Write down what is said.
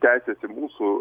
tęsiasi mūsų